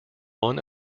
one